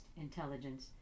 Intelligence